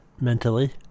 mentally